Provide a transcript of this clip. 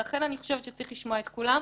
ולכן, אני חושבת שצריך לשמוע את כולם,